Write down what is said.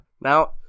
Now